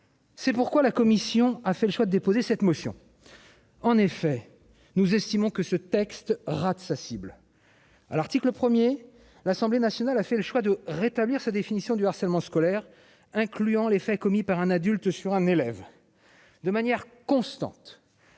C'est pourquoi la Commission a fait le choix de déposer cette motion. En effet, nous estimons que ce texte rate sa cible. Article 1er, l'Assemblée nationale a fait le choix de rétablir sa définition du harcèlement scolaire incluant les faits commis par un adulte sur un élève. De manière constante.